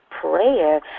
prayer